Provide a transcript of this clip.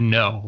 no